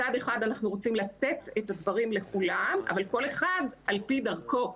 מצד אחד אנחנו רוצים לתת את הדברים לכולם אבל כל אחד על פי דרכו,